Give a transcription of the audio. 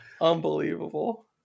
Unbelievable